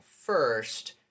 first